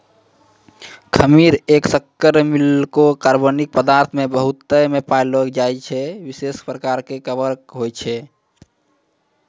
खमीर एक शक्कर मिललो कार्बनिक पदार्थ मे बहुतायत मे पाएलो जाइबला विशेष प्रकार के कवक छिकै